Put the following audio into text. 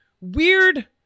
weird